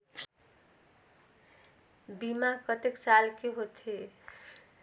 बीमा कतेक साल के होथे?